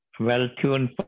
well-tuned